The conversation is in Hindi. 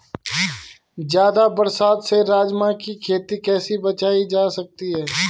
ज़्यादा बरसात से राजमा की खेती कैसी बचायी जा सकती है?